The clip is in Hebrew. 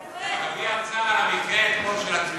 תביע צער על המקרה של הטביעה בבריכה אתמול.